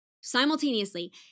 simultaneously